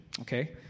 okay